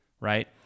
right